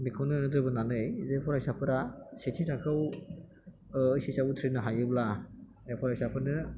बेखौनो नोजोर बोनानै जे फरायसाफोरा सेथि थाखोआव ऐत्स एस आव उथ्रिनो हायोब्ला फरायसाफोरनो